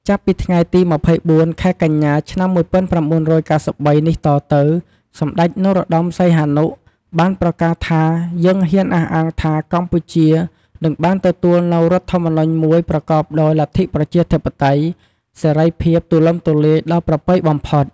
ចាប់ពីថ្ងៃទី២៤ ខែកញ្ញា ឆ្នាំ១៩៩៣ នេះតទៅ សម្តេច នរោត្តម សីហនុ បានប្រកាសថា យើងហ៊ានអះអាងថាកម្ពុជានឹងបានទទួលនូវរដ្ឋធម្មនុញ្ញមួយប្រកបដោយលទ្ធិប្រជាធិបតេយ្យ សេរីភាពទូលំទូលាយដ៏ប្រពៃបំផុត។